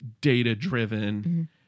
data-driven